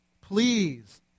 Please